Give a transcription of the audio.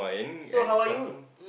so how are you